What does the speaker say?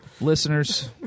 Listeners